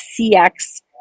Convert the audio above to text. CX